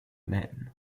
men